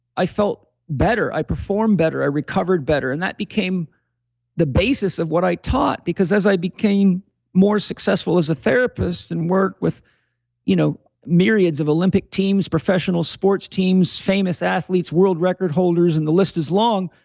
i felt better. i performed better. i recovered better. and that became the basis of what i taught because as i became more successful as a therapist and work with you know myriads of olympic teams, professional sports teams, famous athletes, world record holders, and the list is long,